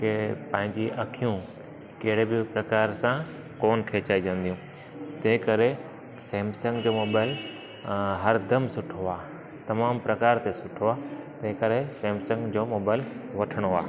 कि पंहिंजी अखियूं कहिड़े बि प्रकार सां कोन खेचाइजंदियूं तंहिं करे सेमसंग जो मोबाइल हरदम सुठो आहे तमामु प्रकार सां सुठो आहे तंहिं करे सेमसंग जो मोबाइल वठिणो आहे